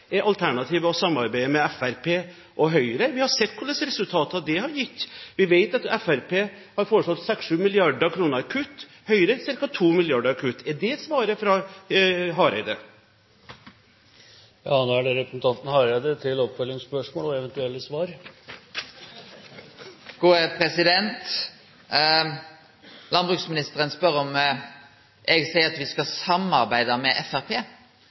Er alternativet å samarbeide med Fremskrittspartiet og Høyre? Vi har sett hva slags resultater det har gitt. Vi vet at Fremskrittspartiet har foreslått 6–7 mrd. kr i kutt og Høyre ca. 2 mrd. kr i kutt. Er det svaret fra Hareide? Da er det representanten Knut Arild Hareide til oppfølgingsspørsmål og eventuelle svar. Landbruksministeren spør om eg seier at me skal samarbeide med